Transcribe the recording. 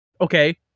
Okay